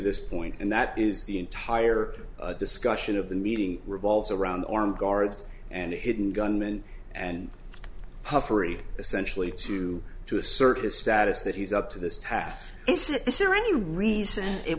this point and that is the entire discussion of the meeting revolves around armed guards and hidden gunmen and puffery essentially to to assert his status that he's up to this task is there any reason it